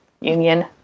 Union